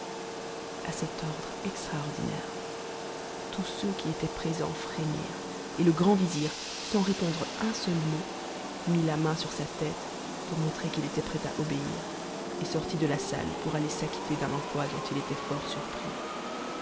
a cet ordre extraordinaire tous ceux qui étaient présenta n'émirent et le grand vizir sans répondre un seul boot mit la main sur sa tête pour montrer qu'il était prêt à obéir et sortit de la salle pour aller s'acquitter d'un emploi dont il était fort surpris